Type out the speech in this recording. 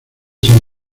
san